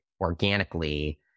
organically